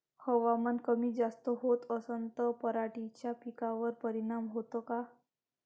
हवामान कमी जास्त होत असन त पराटीच्या पिकावर परिनाम होते का?